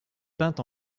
peinte